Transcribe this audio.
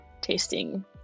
tasting